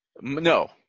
No